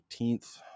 18th